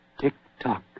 Tick-tock